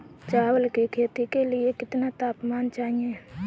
चावल की खेती के लिए कितना तापमान चाहिए?